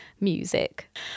music